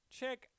check